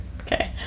Okay